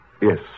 yes